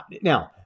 now